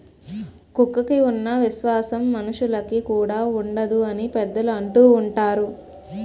కుక్కకి ఉన్న విశ్వాసం మనుషులుకి కూడా ఉండదు అని పెద్దలు అంటూవుంటారు